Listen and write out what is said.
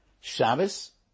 Shabbos